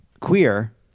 queer